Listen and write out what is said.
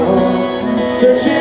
Searching